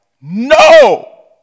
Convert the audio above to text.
no